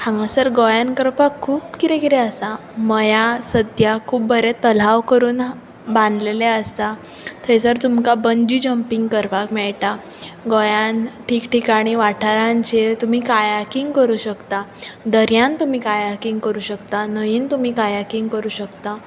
हांगा सर गोंयान करपाक खूब कितें कितें आसा मया सद्या खूब बरें तल्हाब करून बांदलेंलें आसा थंय सर तुमकां बंजी जंपींग करपाक मेळटा गोंयान ठीक ठिकाणी वाठारान जे तुमी कायाकींग करूंक शकता दर्यान तुमी कायाकींग करूंक शकता न्हंयेन तुमी कायाकींग करूंक शकता